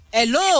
Hello